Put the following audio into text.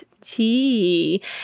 tea